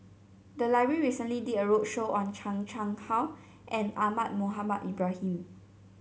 the library recently did a roadshow on Chan Chang How and Ahmad Mohamed Ibrahim